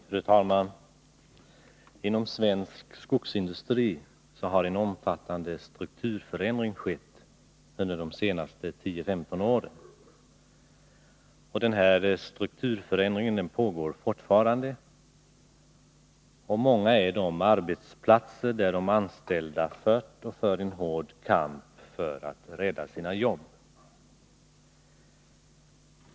Fru talman! Inom svensk skogsindustri har en omfattande strukturförändring skett under de senaste 10-15 åren. Den här strukturförändringen pågår fortfarande, och många är de arbetsplatser där de anställda fört och för en hård kamp för att rädda sina jobb.